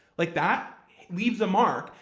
like that leaves a mark.